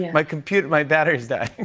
my computer my battery's dying.